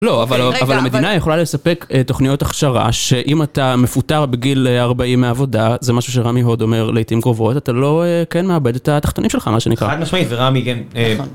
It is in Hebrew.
לא, אבל המדינה יכולה לספק תוכניות הכשרה שאם אתה מפוטר בגיל 40 מהעבודה, זה משהו שרמי הוד אומר לעיתים קרובות, אתה לא, כן, מאבד את התחתונים שלך, מה שנקרא. חד משמעית ורמי...